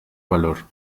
valor